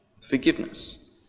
forgiveness